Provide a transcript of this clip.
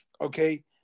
okay